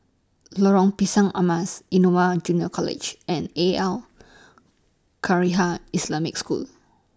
Lorong Pisang Emas Innova Junior College and Al Khairiah Islamic School